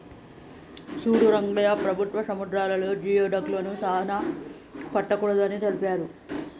సూడు రంగయ్య ప్రభుత్వం సముద్రాలలో జియోడక్లను సానా పట్టకూడదు అని తెలిపారు